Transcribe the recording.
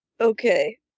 Okay